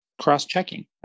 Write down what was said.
cross-checking